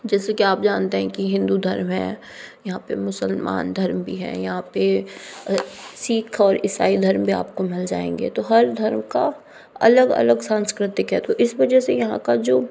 जैसे कि आप जानते हैं कि हिन्दू धर्म है यहाँ पे मुसलमान धर्म भी है यहाँ पे सिख और इसाई धर्म भी आपको मिल जाएंगे तो हर धर्म का अलग अलग सांस्कृतिक है तो इस वजह से यहाँ का जो